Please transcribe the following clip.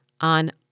on